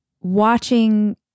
watching